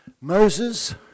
Moses